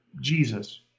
Jesus